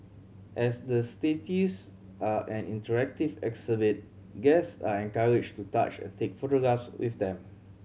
as the statues are an interactive exhibit guest are encouraged to touch and take photographs with them